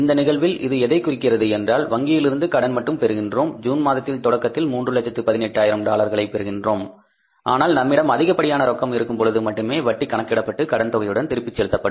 இந்த நிகழ்வில் இது எதைக் குறிக்கிறது என்றால் வங்கியிலிருந்து கடனை மட்டும் பெறுகின்றோம் ஜூன் மாதத்தின் தொடக்கத்தில் 318000 டாலர்களை பெறுகின்றோம் ஆனால் நம்மிடம் அதிகப்படியான ரொக்கம் இருக்கும்பொழுது மட்டுமே வட்டி கணக்கிடப்பட்டு கடன் தொகையுடன் திருப்பி செலுத்தப்படும்